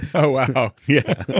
oh, wow yeah